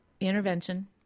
intervention